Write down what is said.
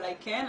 אולי כן,